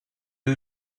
eux